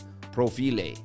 profile